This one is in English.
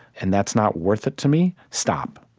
and that's not worth it to me, stop.